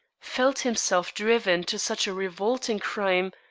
felt himself driven to such a revolting crime,